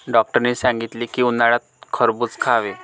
डॉक्टरांनी सांगितले की, उन्हाळ्यात खरबूज खावे